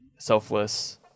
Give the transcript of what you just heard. selfless